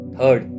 Third